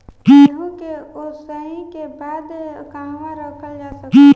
गेहूँ के ओसाई के बाद कहवा रखल जा सकत बा?